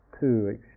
two